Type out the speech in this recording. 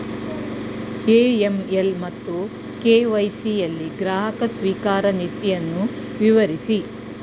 AML ಮತ್ತು KYC ಯಲ್ಲಿ ಗ್ರಾಹಕ ಸ್ವೀಕಾರ ನೀತಿಯನ್ನು ವಿವರಿಸಿ?